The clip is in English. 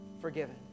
forgiven